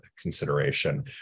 consideration